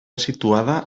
situada